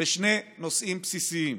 לשני נושאים בסיסיים: